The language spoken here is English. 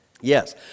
yes